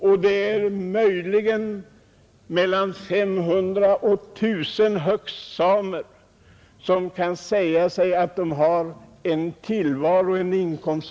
Och det är möjligen mellan 500 och högst 1 000 samer som kan säga sig att de har en rimlig inkomst.